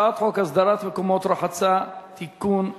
הצעת חוק הסדרת מקומות רחצה (תיקון,